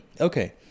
Okay